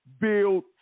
build